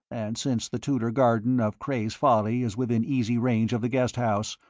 and since the tudor garden of cray's folly is within easy range of the guest house,